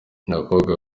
abakobwa